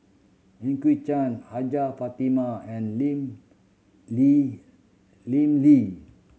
Eugene Chen Hajjah Fatimah and Lim Lee Lim Lee